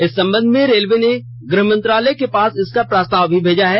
इस संबंध में रेलवे ने गृह मंत्रालय के पास इसका प्रस्ताव भी भेजा है